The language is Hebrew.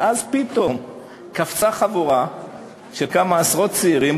ואז פתאום קפצה חבורה של כמה עשרות צעירים,